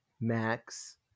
Max